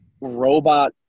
robot